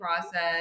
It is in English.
process